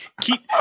Keep